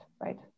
right